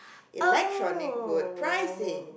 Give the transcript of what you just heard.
Electronic Road Pricing